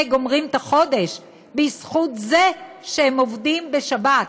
גומרים את החודש בזכות זה שהם עובדים בשבת.